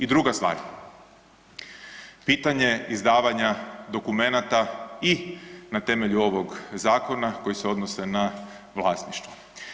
I druga stvar, pitanje izdavanja dokumenata i na temelju ovog zakona koji se odnose na vlasništvo.